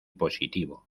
positivo